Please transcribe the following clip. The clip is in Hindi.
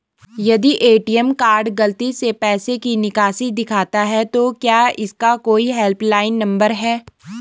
यदि ए.टी.एम कार्ड गलती से पैसे की निकासी दिखाता है तो क्या इसका कोई हेल्प लाइन नम्बर है?